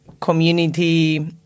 community